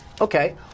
Okay